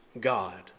God